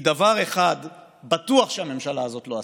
כי דבר אחד בטוח הממשלה הזאת לא עשתה: